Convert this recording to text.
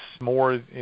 more